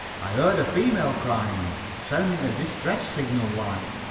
i heard a female crying sounding a distress signal like.